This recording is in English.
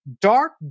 dark